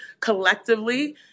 collectively